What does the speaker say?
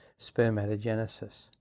spermatogenesis